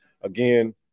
again